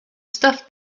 stuff